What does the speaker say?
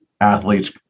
athletes